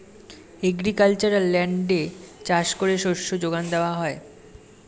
agricultural ল্যান্ডে চাষ করে শস্য যোগান দেওয়া হয়